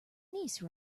niece